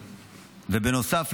ובנוסף,